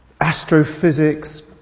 astrophysics